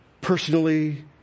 personally